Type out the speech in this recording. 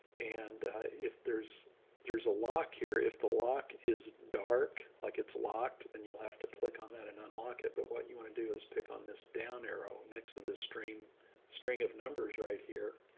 and if there's there's a lock here, if the lock is dark, like it's locked, then and you'll have to click on that and unlock it. but what you want to do is pick on this down arrow next to the string string of numbers right here.